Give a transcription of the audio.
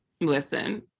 Listen